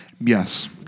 Yes